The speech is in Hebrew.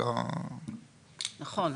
נכון.